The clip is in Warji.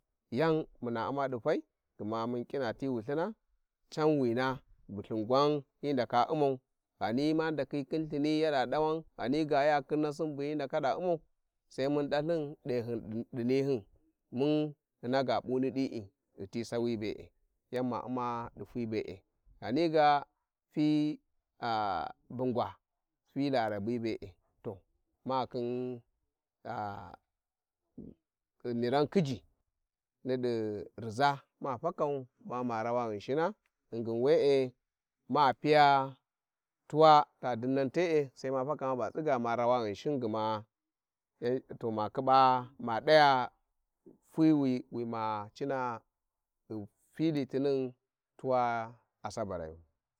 ﻿Yan muna u`ma di fai gma mun kma ti wulthina Can wina bu Ithin gwan hi ndaka u'mau ghani ma ndakhi khin lthini da ghani ga yakhin nasin bu hi ndaka da u'mau sai mun da lthin tehum di ninum mun hyena ga p'uni dii ghi ti sawi be`e yan ma u`ma di fai`i, be`e, ghani ga fyi aa bungwa fi Larabi be`e to makinash Miran khiji ni di rıza mafalan bama tawa Cihinshins ghingin we`e ma piya tuwa ta dinnan te`e sai Ma faka maba tsigama rawa Ghinshin gma en to ma khiba, ma days fyi wi wi ma cina ghi Fyi Citinin tuwa Asaberra yu.